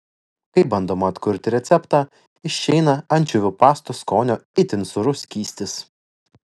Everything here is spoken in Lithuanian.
kai bandoma atkurti receptą išeina ančiuvių pastos skonio itin sūrus skystis